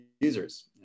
users